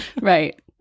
Right